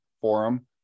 forum